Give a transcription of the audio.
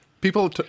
People